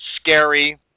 scary